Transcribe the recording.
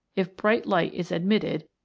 if bright light is admitted,